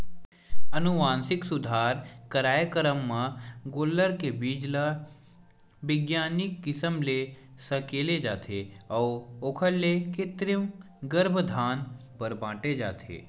अनुवांसिक सुधार कारयकरम म गोल्लर के बीज ल बिग्यानिक किसम ले सकेले जाथे अउ ओखर ले कृतिम गरभधान बर बांटे जाथे